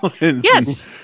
Yes